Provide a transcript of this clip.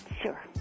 Sure